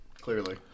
clearly